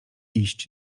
iść